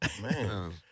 Man